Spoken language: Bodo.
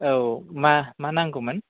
औ माह मा नांगौमोन